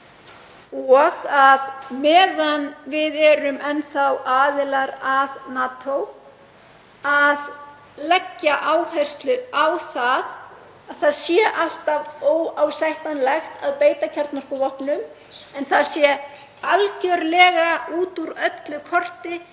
og meðan við erum enn aðilar að NATO að leggja áherslu á að alltaf sé óásættanlegt að beita kjarnorkuvopnum, að það sé algerlega út úr öllu korti